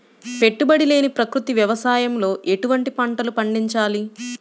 పెట్టుబడి లేని ప్రకృతి వ్యవసాయంలో ఎటువంటి పంటలు పండించాలి?